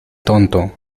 tonto